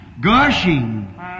Gushing